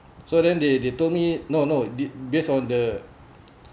so then they they told me no no did based on the